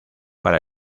para